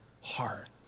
heart